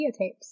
videotapes